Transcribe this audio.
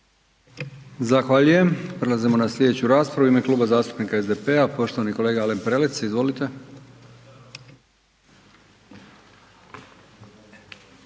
Zahvaljujem. Prelazimo na sljedeću raspravu. U ime Kluba zastupnika SDP-a poštovani kolega Alen Prelec. Izvolite.